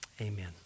Amen